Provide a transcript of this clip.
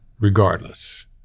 regardless